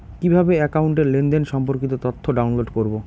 কিভাবে একাউন্টের লেনদেন সম্পর্কিত তথ্য ডাউনলোড করবো?